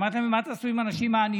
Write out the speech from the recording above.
אמרתי להם, ומה תעשו עם הנשים העניות?